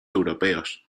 europeos